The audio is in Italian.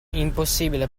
impossibile